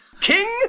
King